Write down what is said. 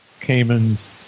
Caymans